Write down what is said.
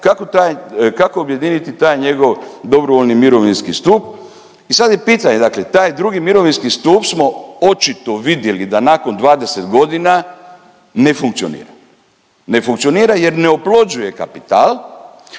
kako objediniti taj njegov dobrovoljni mirovinski stup i sad je pitanje dakle taj II. mirovinski stup smo očito vidjeli da nakon 20.g. ne funkcionira, ne funkcionira jer ne oplođuje kapital,